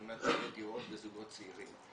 על מנת שיהיו דירות לזוגות צעירים.